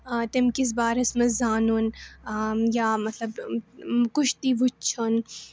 آ تَمہِ کِس بارَس منٛز زانُن یا مطلب کُشتی وُچھُن